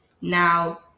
now